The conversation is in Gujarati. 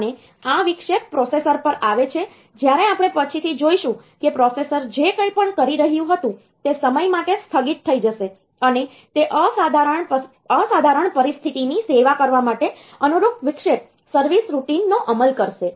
અને આ વિક્ષેપ પ્રોસેસર પર આવે છે જ્યારે આપણે પછીથી જોઈશું કે પ્રોસેસર જે કંઈ પણ કરી રહ્યું હતું તે સમય માટે સ્થગિત થઈ જશે અને તે અસાધારણ પરિસ્થિતિની સેવા કરવા માટે અનુરૂપ વિક્ષેપ સર્વિસ રૂટિન નો અમલ કરશે